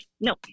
no